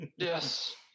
Yes